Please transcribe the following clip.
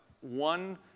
one